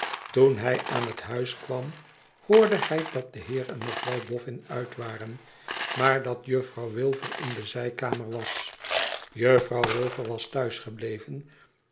toen hij aan het huis kwam hoorde hij dat de heer en mevrouw bofn uit waren naaar dat juffrouw wilfer in de zijkamer was juffrouw wilfer was thuis gebleven